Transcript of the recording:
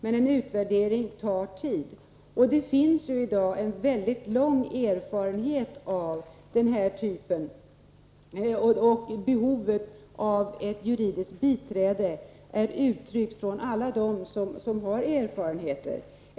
Men en utvärdering tar tid. Det finns ju i dag en väldigt lång erfarenhet på området. Behovet av juridiskt biträde uttrycks av alla dem som har erfarenheter.